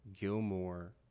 Gilmore